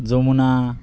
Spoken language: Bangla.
যমুনা